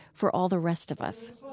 for all the rest of us.